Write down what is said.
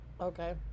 okay